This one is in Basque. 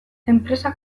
enpresa